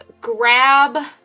grab